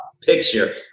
picture